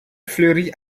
fleurit